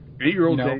Eight-year-old